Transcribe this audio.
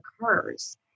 occurs